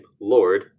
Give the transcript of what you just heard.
Lord